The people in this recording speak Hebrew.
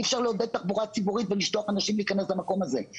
אי אפשר לעודד תחבורה ציבורית ולשלוח אנשים להיכנס למקום הזה.